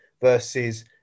versus